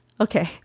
okay